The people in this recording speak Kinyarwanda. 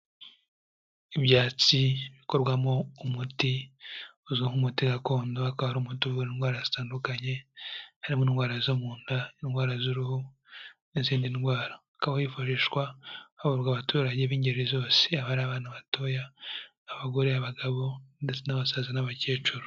Ibyatsi bikorwamo umuti uzwi nk'umuti gakondo, akaba ari umuti uvura indwara zitandukanye, harimo indwara zo mu nda, indwara z'uruhu, n'izindi ndwara. Ukaba wifashishwa havurwa abaturage b'ingeri zose. Yaba ari abana batoya, abagore, abagabo ndetse n'abasaza n'abakecuru.